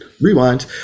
rewind